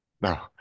No